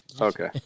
Okay